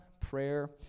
prayer